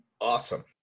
awesome